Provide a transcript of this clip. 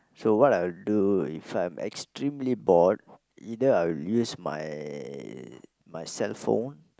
so what I will do if I'm extremely bored either I will use my my cellphone